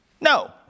No